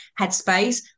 headspace